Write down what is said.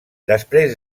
després